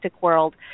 world